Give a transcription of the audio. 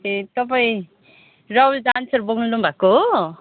ए तपाईँ राहुल डान्सर बोल्नुभएको हो